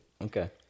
Okay